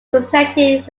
presented